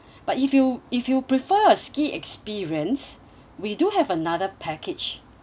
but if you if you prefer a ski experience we do have another package